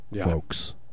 folks